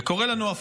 וקורה לנו הפוך: